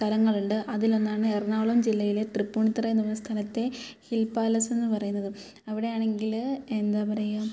സ്ഥലങ്ങളുണ്ട് അതിൽ ഒന്നാണ് എറണാകുളം ജില്ലയിലെ തൃപ്പുണിത്തുറയെന്ന് പറഞ്ഞ സ്ഥലത്തെ ഹിൽ പാലസ് എന്ന് പറയുന്നത് അവിടെയാണെങ്കിൽ എന്താ പറയാ